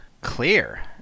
Clear